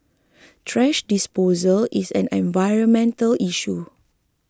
thrash disposal is an environmental issue